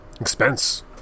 Expense